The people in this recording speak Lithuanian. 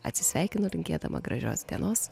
atsisveikinu linkėdama gražios dienos